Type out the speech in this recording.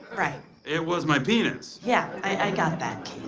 right. it was my penis. yeah, i got that.